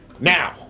Now